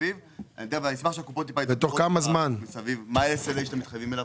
ואשמח שהקופות יגידו - מה ה-SLA שאתם מחייבים?